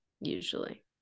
usually